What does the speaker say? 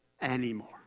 anymore